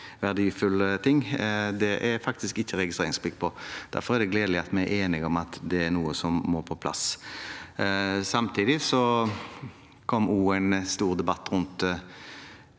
er det ikke registreringsplikt på. Derfor er det gledelig at vi er enige om at det er noe som må på plass. Samtidig var det også en stor debatt om